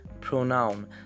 pronoun